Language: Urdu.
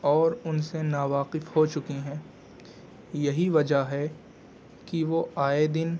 اور ان سے ناواقف ہو چکی ہیں یہی وجہ ہے کہ وہ آئے دن